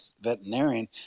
veterinarian